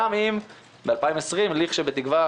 גם אם ב-2020 בתקווה